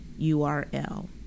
URL